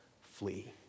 flee